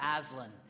Aslan